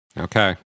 Okay